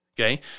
Okay